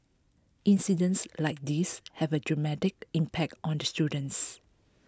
incidents like these have a traumatic impact on the students